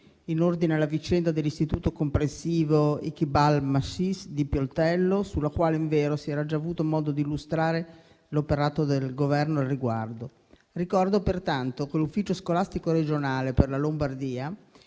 in ordine alla vicenda dell'Istituto comprensivo "Iqbal Masih" di Pioltello, sulla quale, invero, si era già avuto modo di illustrare l'operato del Governo al riguardo. Ricordo, pertanto, che l'Ufficio scolastico regionale per la Lombardia,